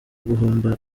guhomba